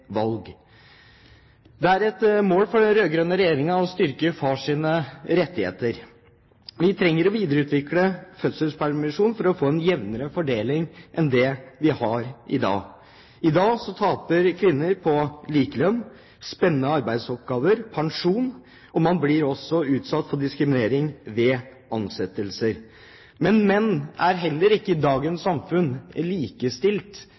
valg. Det er et mål for den rød-grønne regjeringen å styrke fars rettigheter. Vi trenger å videreutvikle fødselspermisjonen for å få en jevnere fordeling enn det vi har i dag. I dag taper kvinner på likelønn, spennende arbeidsoppgaver, pensjon, og man blir også utsatt for diskriminering ved ansettelser. Menn er heller ikke i dagens samfunn likestilt